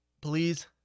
please